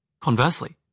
Conversely